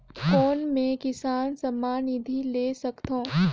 कौन मै किसान सम्मान निधि ले सकथौं?